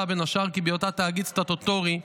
בין השאר כי בהיותה תאגיד סטטוטורי,